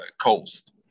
coast